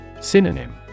Synonym